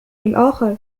الآخر